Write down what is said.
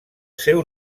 seu